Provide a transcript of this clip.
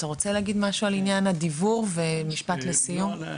אתה רוצה להגיד משהו לעניין הדיוור ומשפט לסיום?